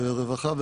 רווחה,